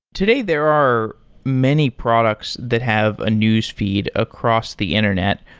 today, there are many products that have a newsfeed across the internet.